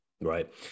Right